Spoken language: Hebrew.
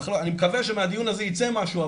אני מקווה שמהדיון הזה ייצא משהו,